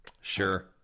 Sure